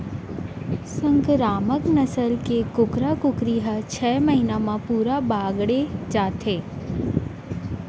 संकरामक नसल के कुकरा कुकरी ह छय महिना म पूरा बाड़गे जाथे